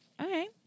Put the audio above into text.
Okay